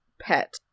pet